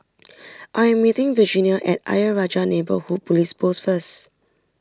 I am meeting Virginia at Ayer Rajah Neighbourhood Police Post first